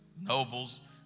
nobles